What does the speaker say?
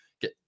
get